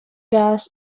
gas